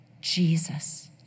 Jesus